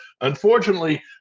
unfortunately